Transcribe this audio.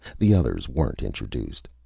the others weren't introduced.